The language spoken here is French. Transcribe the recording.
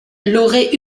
l’aurait